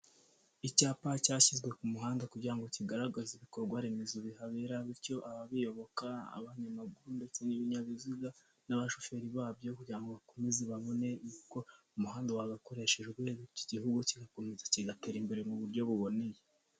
Icyapa cyashyizwe ku muhanda kugirango kigaragaze ibikorwa remezo bihabera, bityo ababiyoboka abanyamaguru ndetse n'ibinyabiziga n'abashoferi babyo kugirango bakomeze babone uko umuhanda wakoreshejwe, iki gihugu kigakomeza kigatera imbere mu buryo buboneye.